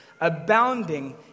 abounding